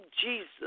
Jesus